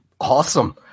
Awesome